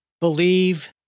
believe